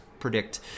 predict